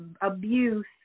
abuse